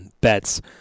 bets